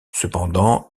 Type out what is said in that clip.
cependant